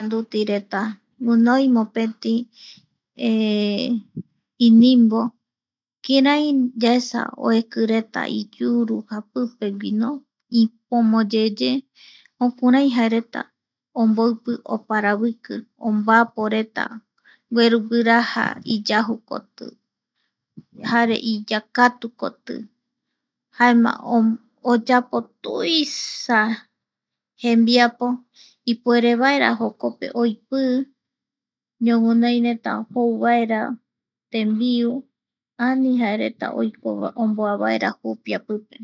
Yandutireta guinoi mopeti inimbo kirai yaesa oeki reta iyuru japipe gui no ipomoyeye jukurai jaereta omboipi oparaviki ombaaporeta gueru guiraja iyajukoti jare iyakatukoti, jaema oyapo tuuiisa jembiapo ipuerevaera jokope oipii ñoguinoireta jou vaera tembiu ani jaereta omboa vaerajupia pipe.